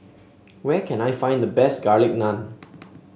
where can I find the best Garlic Naan